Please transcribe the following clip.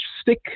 stick